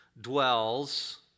dwells